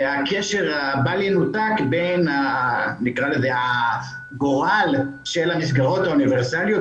הקשר הבל ינותק בין הגורל של המסגרות האוניברסליות,